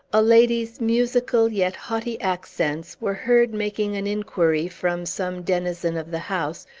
a lady's musical yet haughty accents were heard making an inquiry from some denizen of the house,